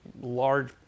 large